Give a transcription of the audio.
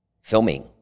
filming